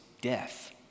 death